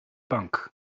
bank